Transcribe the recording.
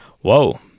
whoa